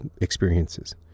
experiences